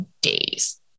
days